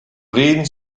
reden